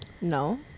No